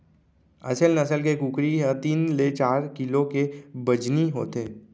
असेल नसल के कुकरी ह तीन ले चार किलो के बजनी होथे